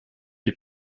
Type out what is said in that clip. die